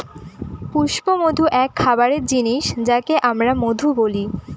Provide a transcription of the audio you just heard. পুষ্পমধু এক খাবারের জিনিস যাকে আমরা মধু বলি